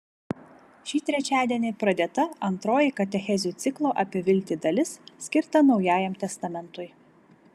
šį trečiadienį pradėta antroji katechezių ciklo apie viltį dalis skirta naujajam testamentui